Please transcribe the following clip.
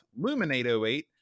Luminate08